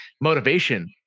motivation